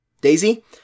Daisy